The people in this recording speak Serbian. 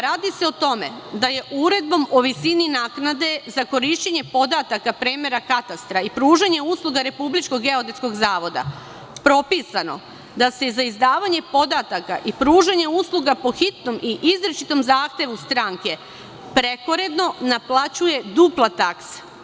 Radi se o tome da je Uredbom o visini naknade za korišćenje podataka premera katastra i pružanje usluga Republičkog geodetskog zavoda propisao da se za izdavanje podataka i pružanje usluga po hitnom i izričitom zahtevu stranke prekoredno naplaćuje dupla taksa.